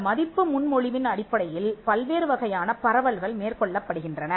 இந்த மதிப்பு முன்மொழிவின் அடிப்படையில் பல்வேறு வகையான பரவல்கள் மேற்கொள்ளப்படுகின்றன